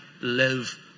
live